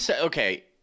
okay